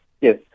Yes